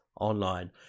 Online